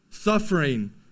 Suffering